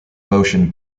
motion